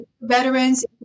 veterans